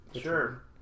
Sure